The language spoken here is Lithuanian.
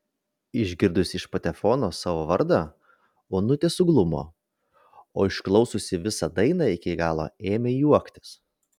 išgirdusi iš patefono savo vardą onutė suglumo o išklausiusi visą dainą iki galo ėmė juoktis